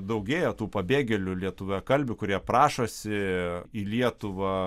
daugėja tų pabėgėlių lietuviakalbių kurie prašosi į lietuvą